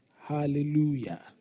Hallelujah